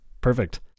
perfect